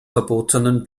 verbotenen